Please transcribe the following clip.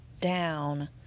down